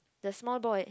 the small boy